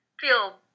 feel